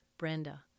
Brenda